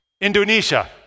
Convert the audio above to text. Indonesia